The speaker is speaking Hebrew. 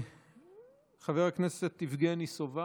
חבר הכנסת יבגני סובה,